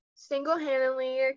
Single-handedly